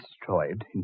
destroyed